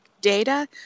data